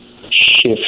shift